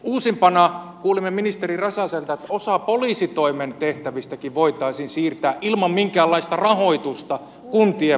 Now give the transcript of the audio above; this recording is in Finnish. uusimpana kuulimme ministeri räsäseltä että osa poliisitoimenkin tehtävistä voitaisiin siirtää ilman minkäänlaista rahoitusta kuntien vastuulle